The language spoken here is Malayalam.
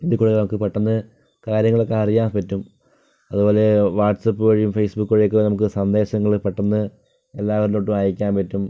ഇതിൽകൂടി പെട്ടെന്ന്കാര്യങ്ങൾ ഒക്കെ അറിയാൻ പറ്റും അത്പോലെ വാട്സ്വാപ്പ് വഴിയും ഫേസ്ബുക്ക് വഴിയും ഒക്കെ നമുക്ക് സന്ദേശങ്ങൾ പെട്ടെന്ന് എല്ലാവരിലേക്കും അയക്കാൻ പറ്റും